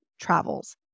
travels